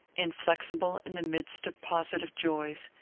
inflexible in the midst of positive joys,